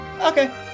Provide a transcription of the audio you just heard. Okay